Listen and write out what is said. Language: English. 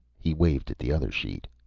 he waved the other sheet,